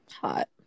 Hot